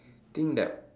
think that